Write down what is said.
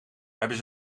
hebben